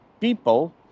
people